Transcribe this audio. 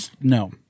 no